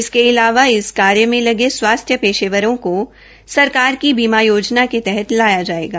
इसके अलावा इस कार्य मे लगे स्वास्थ्य पेशेवरों को सरकार की बीमा योजना के तहत लाया जायेगा